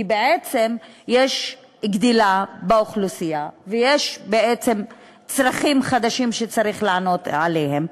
כי בעצם יש גידול של האוכלוסייה ויש צרכים חדשים שצריך לענות עליהם,